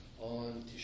on